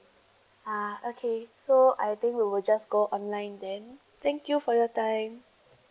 ah okay so I think we will just go online then thank you for your time